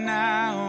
now